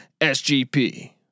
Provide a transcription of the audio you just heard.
SGP